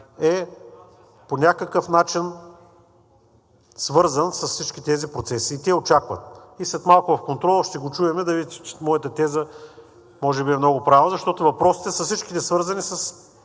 е по някакъв начин свързан с всички тези процеси и те участват. След малко в контрола ще го чуем и ще видите, че моята теза може би е много правилна, защото всички въпроси са свързани с